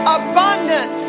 abundant